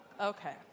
Okay